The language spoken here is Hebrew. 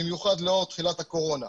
במיוחד לאור תחילת הקורונה.